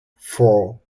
four